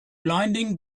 blinding